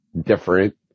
Different